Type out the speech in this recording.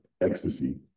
Ecstasy